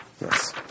Yes